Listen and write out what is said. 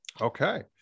Okay